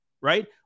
Right